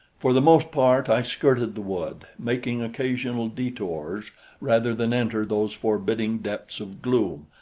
for the most part i skirted the wood, making occasional detours rather than enter those forbidding depths of gloom,